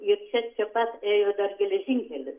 ir čia čia pat ėjo tas geležinkelis